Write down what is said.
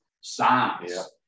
science